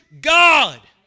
God